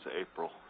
April